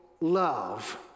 love